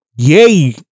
Yay